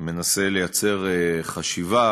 מנסה לייצר חשיבה.